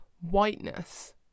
whiteness